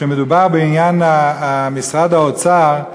כשמדובר בעניין משרד האוצר,